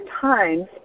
times